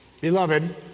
Beloved